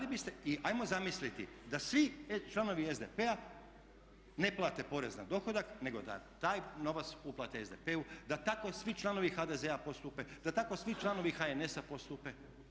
I ajmo zamisliti da svi članovi SDP-a ne plate porez na dohodak nego da taj novac uplate SDP-u, da tako svi članovi HDZ-a postupe, da tako svi članovi HNS-a postupe.